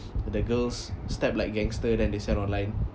the girls step like gangster then they send online